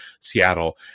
Seattle